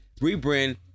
rebrand